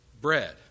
bread